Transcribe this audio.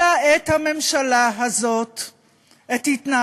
ודי, המשיך ואמר,